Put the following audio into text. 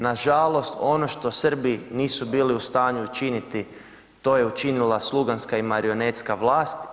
Nažalost ono što Srbi nisu bili u stanju učiniti to je učinila sluganska i marionetska vlast.